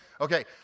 Okay